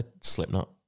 Slipknot